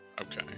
Okay